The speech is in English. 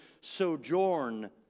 sojourn